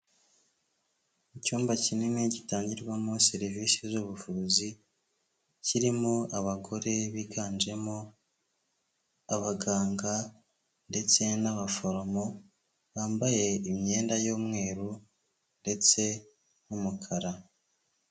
Icyumba kinini gitangirwamo serivisi z'ubuvuzi, kirimo abagore biganjemo abaganga ndetse n'abaforomo, bambaye imyenda y'umweru ndetse n'umukara.